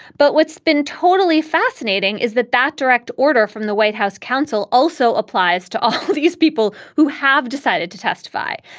but what's been totally fascinating is that that direct order from the white house counsel also applies to all these people who have decided to testify.